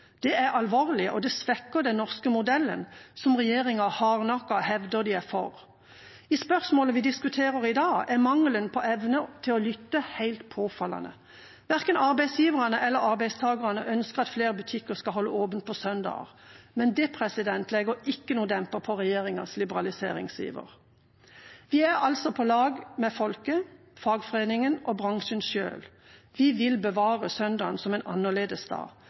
Det er alvorlig, og det svekker den norske modellen, som regjeringa hardnakket hevder de er for. I spørsmålet vi diskuterer i dag, er mangelen på evne til å lytte helt påfallende. Verken arbeidsgiverne eller arbeidstakerne ønsker at flere butikker skal holde åpent på søndager, men det legger ikke noen demper på regjeringas liberaliseringsiver. Vi er altså på lag med folket, fagforeningene og bransjen selv. Vi vil bevare søndagen som en annerledes